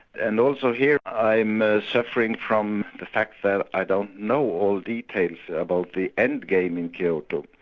and also here i'm ah suffering from the fact that i don't know all details about the end game in kyoto,